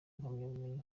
impamyabumenyi